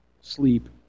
sleep